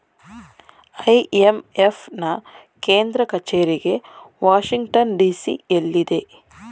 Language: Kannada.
ಐ.ಎಂ.ಎಫ್ ನಾ ಕೇಂದ್ರ ಕಚೇರಿಗೆ ವಾಷಿಂಗ್ಟನ್ ಡಿ.ಸಿ ಎಲ್ಲಿದೆ